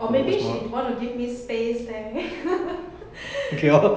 or maybe she wanna give me space leh